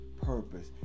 purpose